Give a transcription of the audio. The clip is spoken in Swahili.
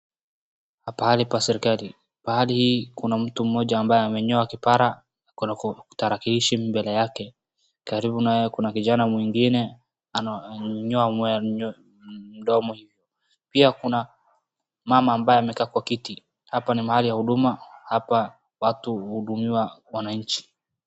Pahali pa serikali, pahali hii kuna mtu mmoja ambaye amenyoa kipara ako na tarakilishi mbele yake. Karibu naye kuna kijana mwingine amenyoa mdomo hivi. Pia kuna mama ambaye amekaa kwa kiti. Hapa ni mahali ya Huduma hapa watu huhudumiwa wananchi.